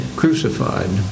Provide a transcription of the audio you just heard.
crucified